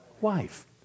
wife